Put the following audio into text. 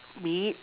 meat